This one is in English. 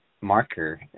marker